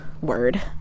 word